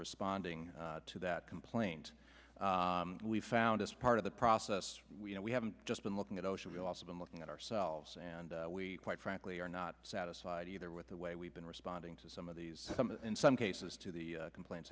responding to that complaint we found as part of the process we know we have just been looking at osha we've also been looking at ourselves and we quite frankly are not satisfied either with the way we've been responding to some of these in some cases to the complaints